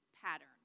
Pattern